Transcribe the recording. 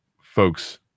folks